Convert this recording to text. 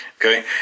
Okay